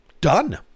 done